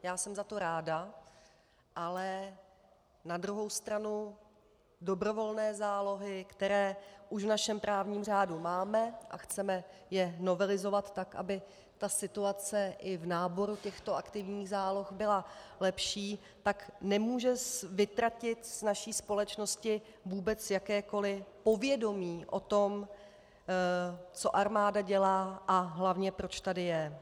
Já jsem za to ráda, ale na druhou stranu dobrovolné zálohy, které už v našem právním řádu máme a chceme je novelizovat tak, aby situace i v náboru těchto aktivních záloh byla lepší, tak se nemůže vytratit z naší společnosti jakékoliv povědomí o tom, co armáda dělá a hlavně proč tady je.